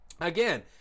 again